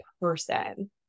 person